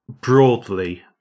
broadly